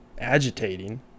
agitating